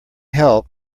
help